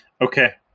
Okay